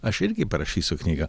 aš irgi parašysiu knygą